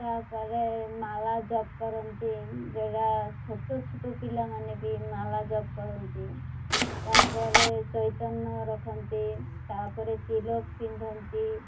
ତା'ପରେ ମାଳା ଜପ କରନ୍ତି ଯେଉଁଟା ଛୋଟ ଛୋଟ ପିଲାମାନେ ବି ମାଳା ଜପ କରନ୍ତି ତା'ପରେ ଚୈତନ ରଖନ୍ତି ତା'ପରେ ତିଲକ ପିନ୍ଧନ୍ତି